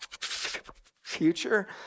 future